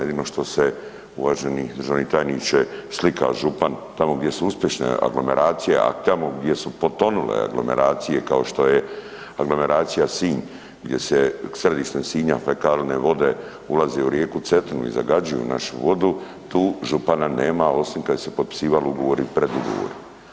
Jedino što se uvaženi državni tajniče slika župan tamo gdje su uspješne aglomeracije, a tamo gdje su potonule aglomeracije kao što je aglomeracija Sinj gdje se središtem Sinja fekalne vode ulaze u rijeku Cetinu i zagađuju našu vodu, tu župana nema osim kad se je se potpisivalo ugovori i predugovori.